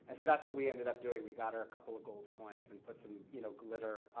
and so that's what we ended up doing. we got her a couple of gold coins and put some you know glitter,